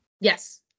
Yes